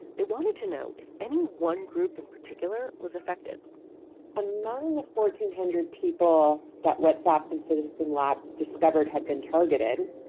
they wanted to know if any one group in particular was affected among the fourteen hundred people that whatsapp incidents in lab discovered had been targeted.